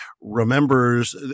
remembers –